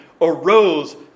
arose